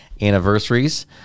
anniversaries